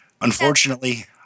Unfortunately